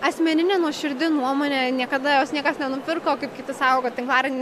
asmeninė nuoširdi nuomonė niekada jos niekas nenupirko kaip kiti sako kas tinklaran